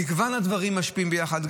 מגוון הדברים משפיעים יחד.